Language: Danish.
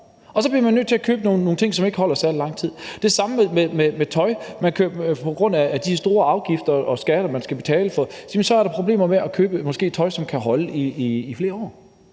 og så bliver man nødt til at købe noget, som ikke holder særlig lang tid. Det samme gælder for tøj. På grund af de høje afgifter og skatter, man skal betale, er der måske problemer med at købe tøj, som kan holde i flere år.